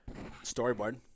storyboard